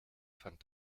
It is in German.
fand